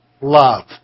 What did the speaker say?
love